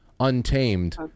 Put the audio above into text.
untamed